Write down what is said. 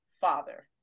father